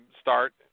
start